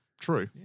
true